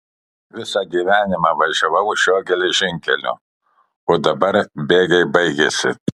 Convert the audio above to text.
visą gyvenimą važiavau šiuo geležinkeliu o dabar bėgiai baigėsi